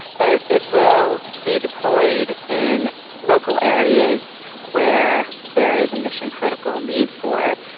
but it will be deployed in local areas where there is a mission critical need for it.